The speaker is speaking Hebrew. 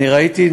ראיתי,